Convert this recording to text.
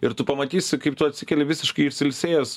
ir tu pamatysi kaip tu atsikeli visiškai išsiilsėjęs